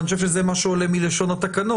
ואני חושב שזה מה שעולה מלשון התקנות,